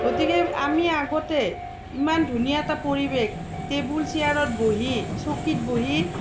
গতিকে আমি আগতে ইমান ধুনীয়া এটা পৰিৱেশ টেবুল চেয়াৰত বহি চকীত বহি